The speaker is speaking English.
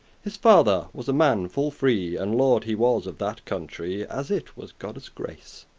his father was a man full free, and lord he was of that country, as it was godde's grace.